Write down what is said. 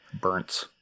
Burns